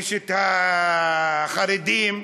יש חרדים,